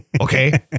okay